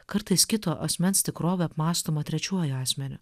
kartais kito asmens tikrovė apmąstoma trečiuoju asmeniu